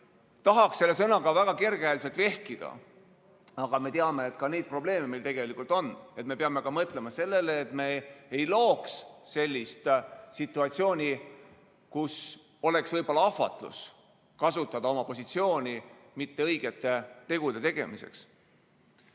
tahaks selle sõnaga väga kergekäeliselt vehkida, aga me teame, et ka neid probleeme meil tegelikult on. Me peame mõtlema sellele, et me ei looks sellist situatsiooni, kus oleks võib-olla ahvatlus kasutada oma positsiooni mitte õigete tegude tegemiseks.